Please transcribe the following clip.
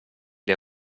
der